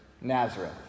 Nazareth